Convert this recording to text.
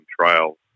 trials